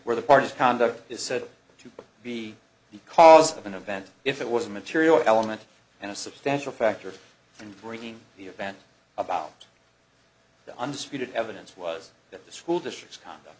where the parties conduct is said to be the cause of an event if it was a material element and a substantial factor in bringing the event about the undisputed evidence was that the school district's cond